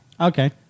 Okay